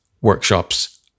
workshops